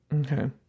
Okay